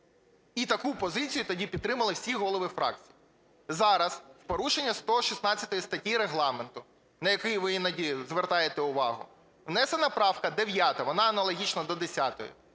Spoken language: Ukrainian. І таку позицію тоді підтримали всі голови фракцій. Зараз в порушення 116 статті Регламенту, на який ви іноді звертаєте увагу, внесена правка 9, вона аналогічна до 10-ї,